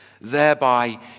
thereby